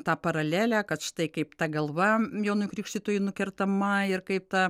tą paralelę kad štai kaip ta galva jonui krikštytojui nukertama ir kaip ta